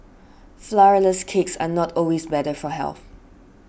Flourless Cakes are not always better for health